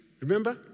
Remember